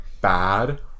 bad